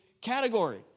category